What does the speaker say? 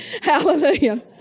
hallelujah